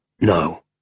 No